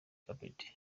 carpet